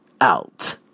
out